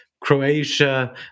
Croatia